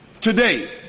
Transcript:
Today